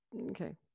Okay